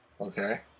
Okay